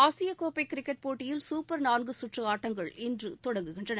ஆசிய கோப்பை கிரிக்கெட் போட்டியில் சூப்பர் நான்கு சுற்று ஆட்டங்கள் இன்று தொடங்குகின்றன